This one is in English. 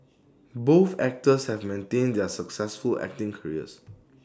both actors have maintained their successful acting careers